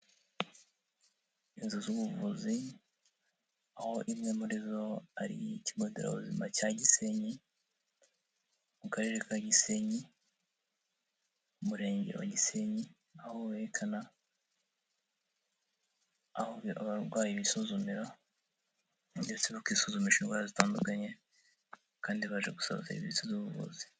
Inzu z'ubuvuzi aho imwe muri zo ari ikigo nderabuzima cya Gisenyi mu karere ka Gisenyi, umurenge wa Gisenyi, aho berekana aho abarwayi bisuzumira ndetse no kwisuzumira indwara zitandukanye kandi baje gusaba serivisi z'ubuvuzi.